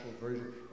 Version